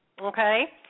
okay